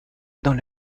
dans